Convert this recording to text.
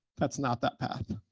that's not that path.